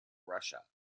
russia